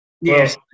Yes